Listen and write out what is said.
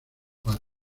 park